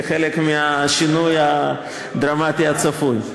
כחלק מהשינוי הדרמטי הצפוי.